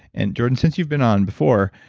and jordan, since you've been on before,